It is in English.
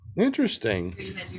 Interesting